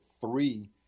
three